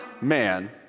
man